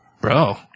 Bro